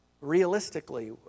realistically